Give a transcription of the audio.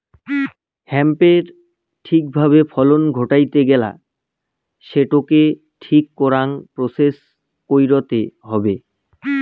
হেম্পের ঠিক ভাবে ফলন ঘটাইতে গেলা সেটোকে ঠিক করাং প্রসেস কইরতে হবে